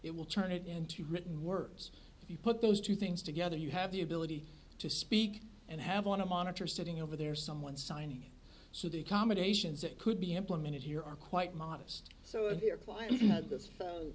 it will turn it into written words if you put those two things together you have the ability to speak and have on a monitor sitting over there someone signing so the accommodations that could be implemented here are quite modest so